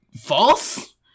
False